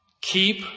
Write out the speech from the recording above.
keep